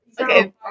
Okay